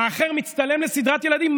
האחר מצטלם לסדרת ילדים.